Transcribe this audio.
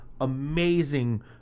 amazing